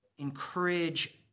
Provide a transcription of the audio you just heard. encourage